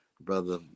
brother